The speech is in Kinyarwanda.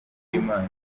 y’imana